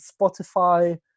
Spotify